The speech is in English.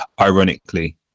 ironically